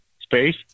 space